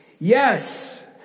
Yes